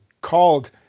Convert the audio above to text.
called